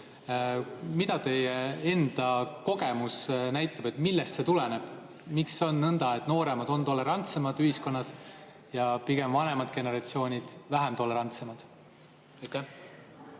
Mida teie enda kogemus näitab, millest see tuleneb? Miks on nõnda, et nooremad on tolerantsemad ühiskonnas ja vanemad generatsioonid pigem vähem tolerantsed?